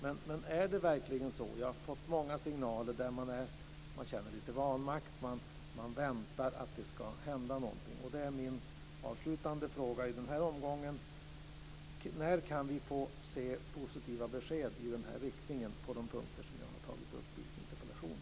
Men är det verkligen så? Jag har fått många signaler om att man känner vanmakt och väntar på att det ska hända någonting. Min avslutande fråga är: När får vi positiva besked i den här riktningen på de punkter som jag har tagit upp i min interpellation?